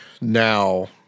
now